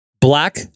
Black